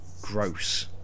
gross